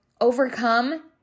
overcome